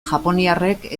japoniarrek